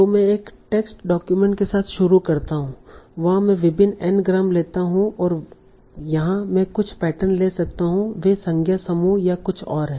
तो मैं एक टेक्स्ट डॉक्यूमेंट के साथ शुरू करता हूं वहां मैं विभिन्न n ग्राम लेता हूं और यहाँ मैं कुछ पैटर्न ले सकता हूं वे संज्ञा समूह या कुछ और हैं